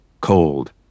Cold